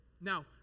Now